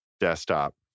desktop